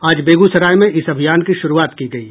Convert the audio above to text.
आज बेगूसराय में इस अभियान की शुरूआत की गयी